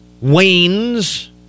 wanes